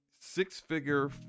six-figure